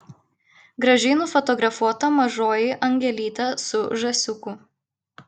gražiai nufotografuota mažoji angelytė su žąsiuku